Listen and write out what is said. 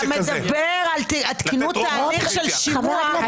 --- כשאתה מדבר על תקינות ההליך של שימוע,